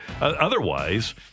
Otherwise